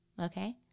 Okay